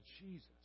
Jesus